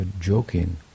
joking